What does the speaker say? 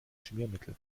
schmiermittel